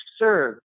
serve